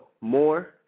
more